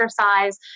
exercise